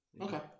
Okay